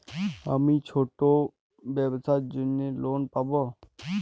আমি ছোট ব্যবসার জন্য লোন পাব?